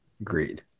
Agreed